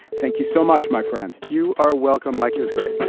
thank you so much, my friend. you are welcome, mike. it